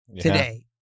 today